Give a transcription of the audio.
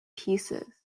pieces